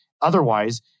Otherwise